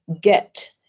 get